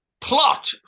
plot